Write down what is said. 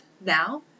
Now